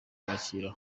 kwakira